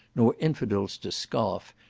nor infidels to scoff,